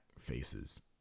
faces